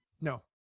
No